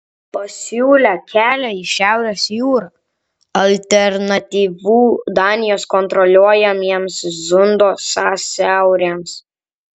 pasiūlė kelią į šiaurės jūrą alternatyvų danijos kontroliuojamiems zundo sąsiauriams